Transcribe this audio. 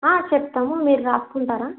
చెప్తాము మీరు రాసుకుంటారా